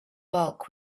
bulk